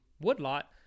woodlot